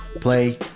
Play